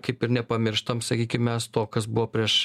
kaip ir nepamirštam sakykim mes to kas buvo prieš